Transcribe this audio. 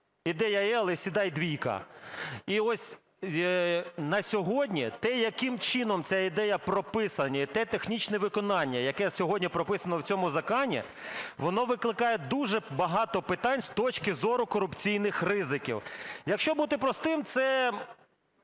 "Ідея є, але сідай - 2". І ось на сьогодні те, яким чином ця ідея прописана, те технічне виконання, яке сьогодні прописано в цьому законі, воно викликає дуже багато питань з точки зору корупційних ризиків. Якщо бути простим, це